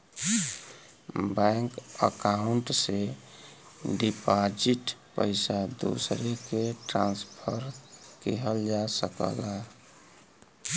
bank account से deposit पइसा दूसरे के ट्रांसफर किहल जा सकला